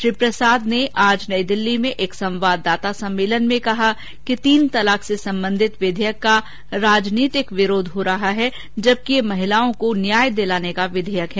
श्री प्रसाद ने आज नई दिल्लीमें एक संवाददाता सम्मेलन में कहा कि तीन तलाक से संबंधित विधेयक का राजनीतिक विरोध हो रहा है जबकि यह महिलाओं को न्याय दिलाने का विधेयक है